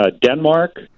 Denmark